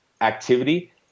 activity